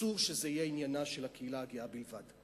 אסור שזה יהיה עניינה של הקהילה הגאה בלבד,